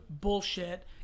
bullshit